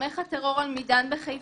תומך הטרור אל מידאן בחיפה